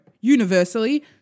universally